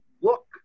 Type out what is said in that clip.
look